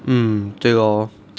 mm 对 lor